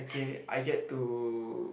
K I get to